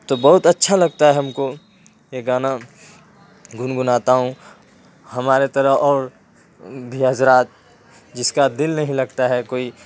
تو بہت اچھا لگتا ہے ہم کو یہ گانا گنگناتا ہوں ہمارے طرح اور بھی حضرات جس کا دل نہیں لگتا ہے کوئی